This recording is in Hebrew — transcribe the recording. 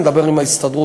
אני אדבר עם ההסתדרות,